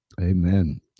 Amen